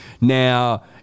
Now